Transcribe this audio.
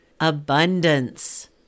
abundance